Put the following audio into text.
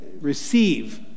receive